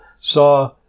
Saw